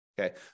Okay